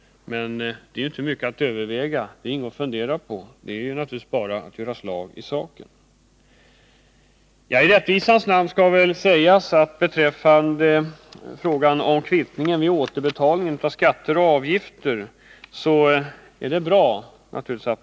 Men det är inte mycket att fundera på — det är bara att göra slag i saken. I rättvisans namn skall ändå sägas att det är bra att det kommer ett förslag om kvittning vid återbetalning av skatter och avgifter.